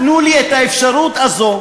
תנו לי את האפשרות הזאת,